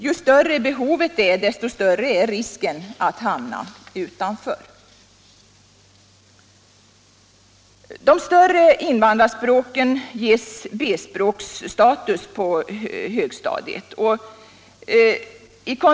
Ju större behovet är, desto större är risken att hamna = Nr 68 utanför.